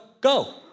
go